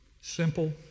Simple